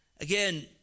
Again